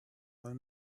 one